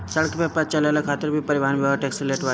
सड़क पअ चलला खातिर भी परिवहन विभाग टेक्स लेट बाटे